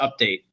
update